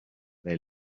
they